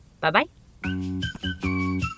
Bye-bye